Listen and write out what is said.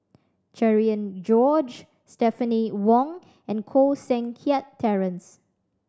Cherian George Stephanie Wong and Koh Seng Kiat Terence